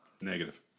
Negative